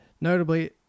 Notably